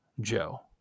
Joe